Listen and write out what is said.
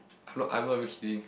I'm not I'm not even kidding